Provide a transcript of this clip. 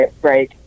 break